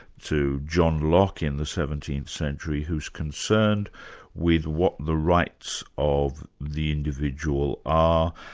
to john locke in the seventeenth century who's concerned with what the rights of the individual are,